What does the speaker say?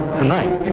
tonight